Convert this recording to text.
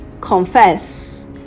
confess